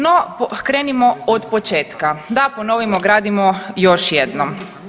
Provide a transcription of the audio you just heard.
No, krenimo od početka da ponovimo gradivo još jednom.